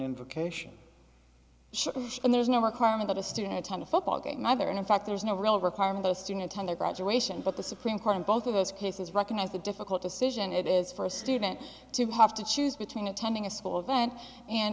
invocation and there is no requirement that a student attend a football game either and in fact there is no real requirement a student attend their graduation but the supreme court in both of those cases recognize the difficult decision it is for a student to have to choose between attending a school event and